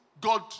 God